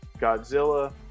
Godzilla